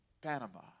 Panama